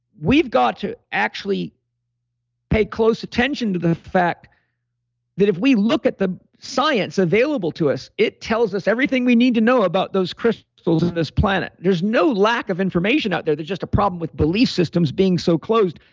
we've got to actually pay close attention to the fact that if we look at the science available to us, it tells us everything we need to know about those crystals in this planet there's no lack of information out there. there's just a problem with belief systems being so closed.